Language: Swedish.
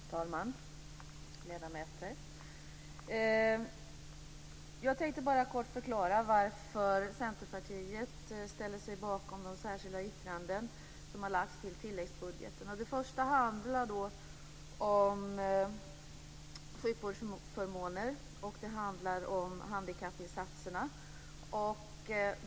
Fru talman! Ledamöter! Jag tänker bara kort förklara varför Centerpartiet ställer sig bakom de särskilda yttranden som har lagts till tilläggsbudgeten. Det första handlar om sjukvårdsförmåner och om handikappinsatserna.